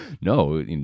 no